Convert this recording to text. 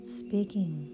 speaking